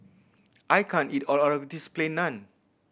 I can't eat all of this Plain Naan